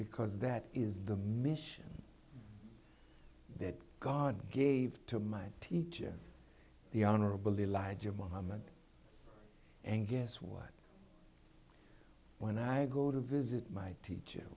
because that is the mission that god gave to my teacher the honorable elijah muhammad and guess what when i go to visit my teacher